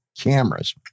cameras